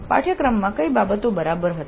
પાઠ્યક્રમમાં કઈ બાબતો બરાબર હતી